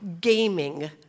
gaming